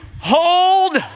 hold